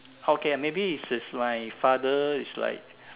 okay maybe it's it's like my father is like